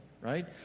right